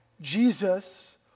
Jesus